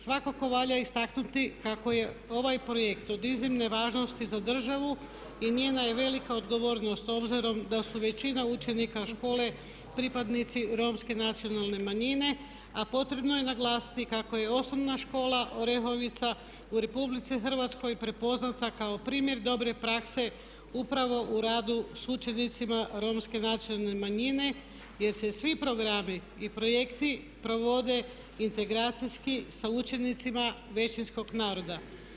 Svakako valja istaknuti kako je ovaj projekt od iznimne važnosti za državu i njena je velika odgovornost obzirom da su većina učenika škole pripadnici Romske nacionalne manjine a potrebno je naglasiti kako je O.Š. Orehovica u RH prepoznata kao primjer dobre prakse upravo u radu s učenicima Romske nacionalne manjine jer se svi programi i projekti provode integracijski sa učenicima većinskog naroda.